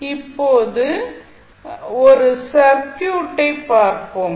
இப்போது இப்போது ஒரு சர்க்யூட்டை பார்ப்போம்